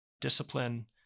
discipline